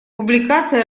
публикация